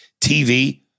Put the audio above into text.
TV